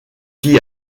qui